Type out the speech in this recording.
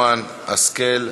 גרמן, השכל,